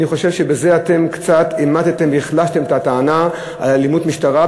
אני חושב שבזה אתם קצת המעטתם והחלשתם את הטענה על אלימות המשטרה,